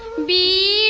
be